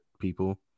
people